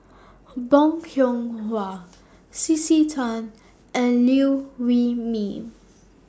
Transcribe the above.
Bong Hiong Hwa C C Tan and Liew Wee Mee